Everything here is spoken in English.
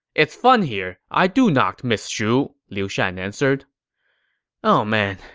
it's fun here i do not miss shu, liu shan answered oh man.